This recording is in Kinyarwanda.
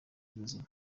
y’ubuzima